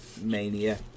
mania